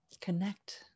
Connect